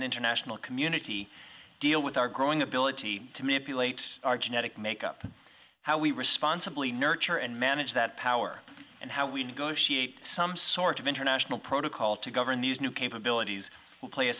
an international community deal with our growing ability to manipulate our genetic makeup how we responsibly nurture and manage that power and how we negotiate some sort of international protocol to govern these new capabilities will play a